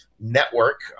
Network